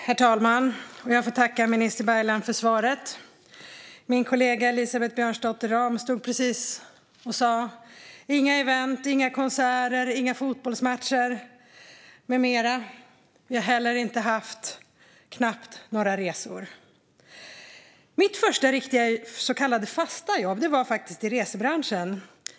Herr talman! Jag får tacka minister Baylan för svaret. Min kollega Elisabeth Björnsdotter Rahm stod precis här och sa: inga event, inga konserter, inga fotbollsmatcher med mera. Vi har heller knappt haft några resor. Mitt första riktiga så kallade fasta jobb var i resebranschen.